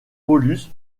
paulus